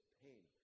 pain